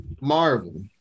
Marvel